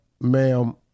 ma'am